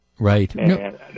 Right